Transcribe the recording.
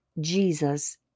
Jesus